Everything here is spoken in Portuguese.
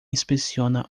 inspeciona